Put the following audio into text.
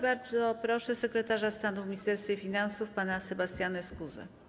Bardzo proszę sekretarza stanu w Ministerstwie Finansów pana Sebastiana Skuzę.